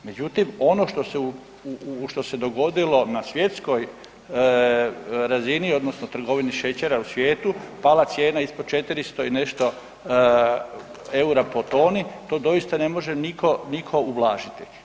Međutim, ono što se u, što se dogodilo na svjetskoj razini odnosno trgovini šećera u svijetu pala cijena ispod 400 i nešto EUR-a po toni, to doista ne može niko, niko ublažiti.